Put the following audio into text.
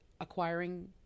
acquiring